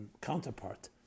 counterpart